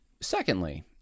secondly